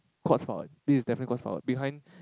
quartz powered this is definitely quartz powered behind